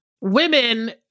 women